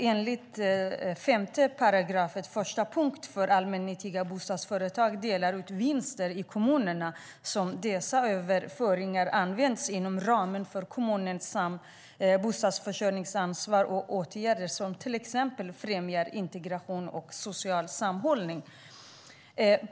Enligt 5 § 1 lagen om allmännyttiga kommunala bostadsaktiebolag kan kommunerna ta ut vinster från bolagen om dessa överföringar används för åtgärder inom ramen för kommunens bostadsförsörjningsansvar som till exempel främjar integration och social sammanhållning.